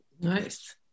Nice